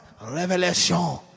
revelation